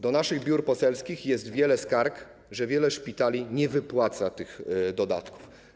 Do naszych biur poselskich wpływa wiele skarg, że wiele szpitali nie wypłaca tych dodatków.